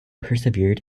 persevered